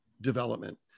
development